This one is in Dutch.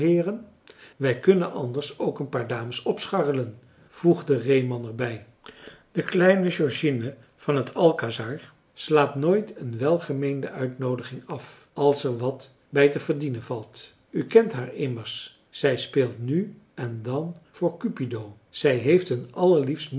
wij kunnen anders ook een paar dames opscharrelen voegde reeman er bij de kleine georgine van het alcazar slaat nooit een welgemeende uitnoodiging af als er wat bij te verdienen valt u kent haar immers zij speelt nu en dan voor cupido zij heeft een allerliefst